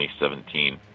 2017